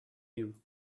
you